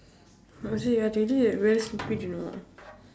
honestly ah J_J like very stupid you know